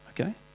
Okay